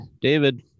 David